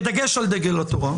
בדגש על דגל התורה,